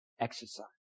exercise